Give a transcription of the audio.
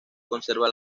conserva